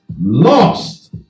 lost